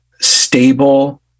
stable